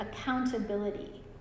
accountability